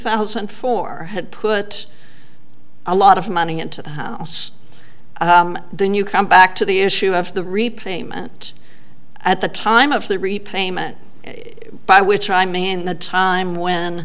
thousand and four had put a lot of money into the house then you come back to the issue of the repayment at the time of the repayment by which i may and the time when